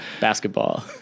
Basketball